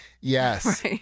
yes